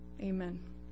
Amen